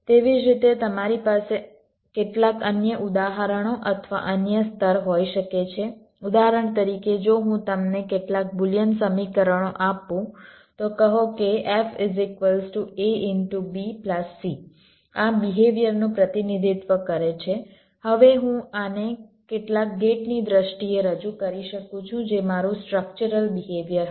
તેવી જ રીતે તમારી પાસે કેટલાક અન્ય ઉદાહરણો અથવા અન્ય સ્તર હોઈ શકે છે ઉદાહરણ તરીકે જો હું તમને કેટલાક બુલિયન સમીકરણો આપું તો કહો કે f a b c આ બિહેવિયરનું પ્રતિનિધિત્વ કરે છે હવે હું આને કેટલાક ગેટની દ્રષ્ટિએ રજૂ કરી શકું છું જે મારું સ્ટ્રક્ચરલ બિહેવિયર હશે